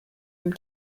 room